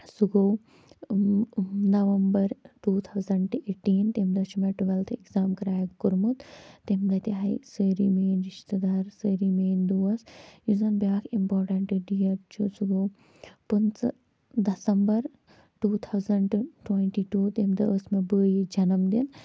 سُہ گوٚو November two thousand eighteen تٔمۍ دۄہ چھُ مےٚ ٹُویٚلتھٕ ایٚگزام کریک کوٚمُت تٔمۍ دۄہ تہِ آیہِ سٲری میٲنۍ رِشتہٕ دار سٲری میٲنۍ دوس یُس زَنہٕ بیاکھ اِمپاٹَنٛٹ ڈیٹ چھُ سُہ گوٚو پٔنٛژہ December two thousand twenty two تٔمۍ دۄہ ٲسۍ مےٚ بٲیِس جَنَم دِن